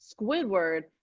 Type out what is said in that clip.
Squidward